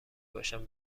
باشند